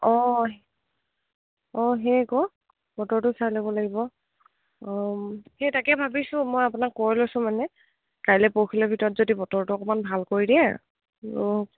অঁ অঁ সেয় ক বতৰটো চাই ল'ব লাগিব অঁ সেই তাকে ভাবিছোঁ মই আপোনাক কৈ লৈছোঁ মানে কাইলে পঢ়িলৰ ভিতৰত যদি বতৰটো অকণমান ভাল কৰি দিয়ে